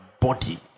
body